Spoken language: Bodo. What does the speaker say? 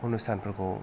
उनुस्थान फोरखौ